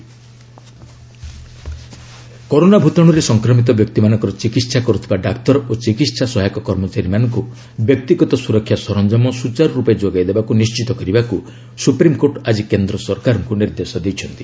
SC centre corona ଭୂତାଣୁରେ ସଂକ୍ରମିତ ବ୍ୟକ୍ତିମାନଙ୍କର ଚିକିତ୍ସା କରୁଥିବା ଡାକ୍ତର ଓ ଚିକିହା ସହାୟକ କର୍ମଚାରୀମାନଙ୍କୁ ବ୍ୟକ୍ତିଗତ ସୁରକ୍ଷା ସରଞ୍ଜାମ ସୁଚାରୁରୂପେ ଯୋଗାଇ ଦେବାକୁ ନିଶ୍ଚିତ କରିବାକୁ ସୁପ୍ରିମ୍କୋର୍ଟ ଆଜି କେନ୍ଦ୍ର ସରକାରଙ୍କୁ ନିର୍ଦ୍ଦେଶ ଦେଇଛନ୍ତି